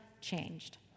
changed